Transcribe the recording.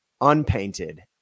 unpainted